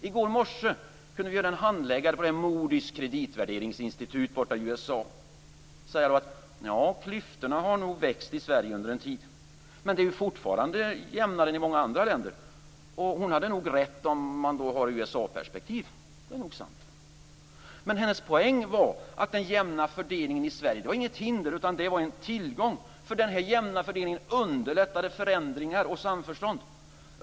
I går morse kunde vi höra en handläggare på Moodys kreditvärderingsinstitut i USA som sade att klyftorna nog har växt i Sverige under en tid, men det är fortfarande jämnare än i många andra länder. Hon hade nog rätt om man anlägger ett USA-perspektiv. Men hennes poäng var att den jämna fördelningen i Sverige inte var något hinder utan att det var en tillgång. Den jämna fördelningen underlättar förändringar och samförstånd.